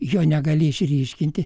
jo negali išryškinti